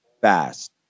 fast